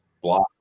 Block